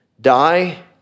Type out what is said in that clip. die